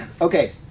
okay